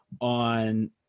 on